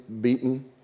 beaten